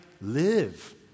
live